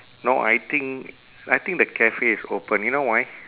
no I think I think the cafe is open you know why